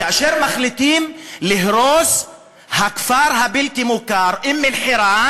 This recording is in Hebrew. כאשר מחליטים להרוס את הכפר הבלתי-מוכר אום-אלחיראן